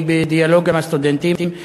אני בדיאלוג עם הסטודנטים.